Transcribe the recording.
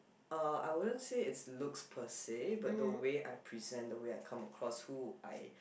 uh I wouldn't say it's looks per say but the way I present the way I come across who I